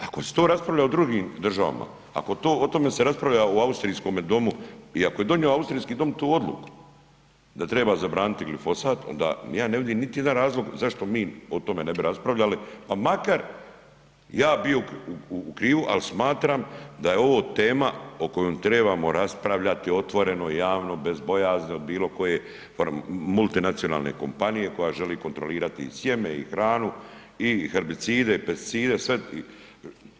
Ako se to raspravlja u drugim državama, ako o tome se raspravlja u austrijskom domu i ako je donio austrijski dom tu odluku da treba zabraniti glifosat onda je ne vidim niti jedan razlog zašto mi o tome ne bi raspravljali, pa makar ja bio u krivu ali smatra da je ovo tema o kojoj trebamo raspravljati otvoreno, javno bez bojazni od bilo koje multinacionalne kompanije koja želi kontrolirati i sjeme i hranu i herbicide i pesticide, sve.